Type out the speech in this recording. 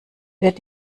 wird